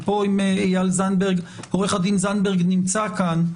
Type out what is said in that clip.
ופה אם עורך הדין זנדברג נמצא כאן,